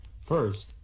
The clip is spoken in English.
First